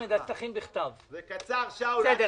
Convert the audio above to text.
אחמד טיבי יגיש רביזיה